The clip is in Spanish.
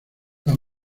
las